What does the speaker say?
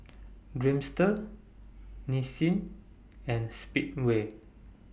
Dreamster Nissin and Speedway